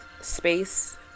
space